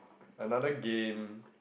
another game